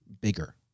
bigger